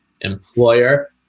employer